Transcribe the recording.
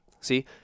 See